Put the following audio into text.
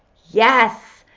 yes,